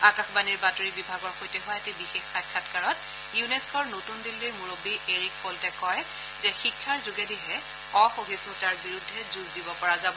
আকাশবাণীৰ বাতৰি বিভাগৰ সৈতে হোৱা এটি বিশেষ সাক্ষাৎকাৰত ইউনেস্থ'ৰ নতুন দিল্লীৰ মূৰববী এৰিক ফলেট কয় যে শিক্ষাৰ যোগেদিহে অসহিফুতাৰ বিৰুদ্ধে যুঁজ দিব পৰা যাব